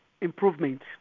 improvement